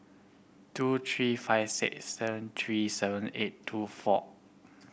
two three five six seven three seven eight two four